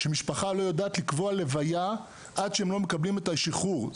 שמשפחה לא יודעת לקבוע לוויה עד שהם לא מקבלים את השחרור.